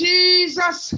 Jesus